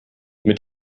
mit